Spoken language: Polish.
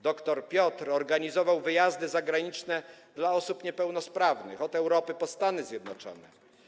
Dr Piotr organizował wyjazdy zagraniczne dla osób niepełnosprawnych, od Europy po Stany Zjednoczone.